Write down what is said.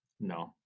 No